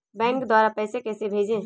Bank द्वारा पैसे कैसे भेजें?